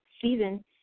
season